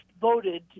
voted